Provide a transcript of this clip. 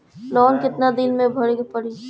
Loan कितना दिन मे भरे के पड़ी?